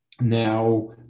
Now